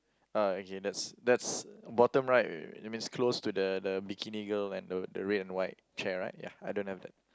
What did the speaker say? ah okay that's that's bottom right that means close to the the bikini girl and the the red and white chair right ya I don't have that